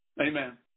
Amen